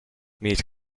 meat